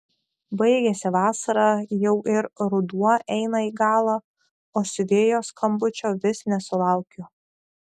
baigėsi vasara jau ir ruduo eina į galą o siuvėjos skambučio vis nesulaukiu